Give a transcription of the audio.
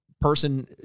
person